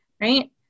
right